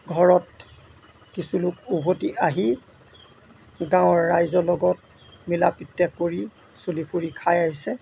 ঘৰত কিছুলোক উভতি আহি গাঁৱৰ ৰাইজৰ লগত মিলা প্ৰীতি কৰি চুলি ফুৰি খাই আহিছে